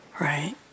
right